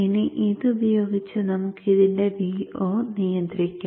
ഇനി ഇതുപയോഗിച്ച് നമുക്ക് ഇതിന്റെ Vo നിയന്ത്രിക്കാം